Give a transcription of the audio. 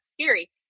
scary